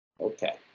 Okay